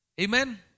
Amen